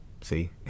see